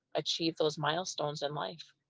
achieve those milestones in life.